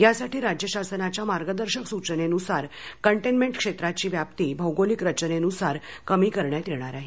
यासाठी राज्य शासनाच्या मार्गदर्शक सूचनेनुसार कंटेन्मेंट क्षेत्राची व्याप्ती भौगोलिक रचनेनुसार कमी करण्यात येणार आहे